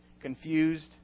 confused